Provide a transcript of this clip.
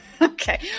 Okay